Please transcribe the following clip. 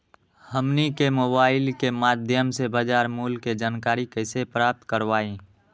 हमनी के मोबाइल के माध्यम से बाजार मूल्य के जानकारी कैसे प्राप्त करवाई?